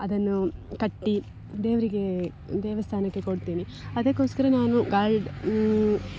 ಅದನ್ನು ಕಟ್ಟಿ ದೇವರಿಗೆ ದೇವಸ್ಥಾನಕ್ಕೆ ಕೊಡ್ತೇನೆ ಅದಕ್ಕೋಸ್ಕರ ನಾನು